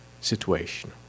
situation